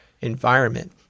environment